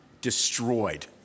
destroyed